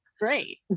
great